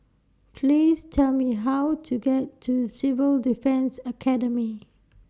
Please Tell Me How to get to Civil Defence Academy